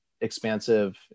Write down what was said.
expansive